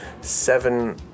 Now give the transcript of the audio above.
seven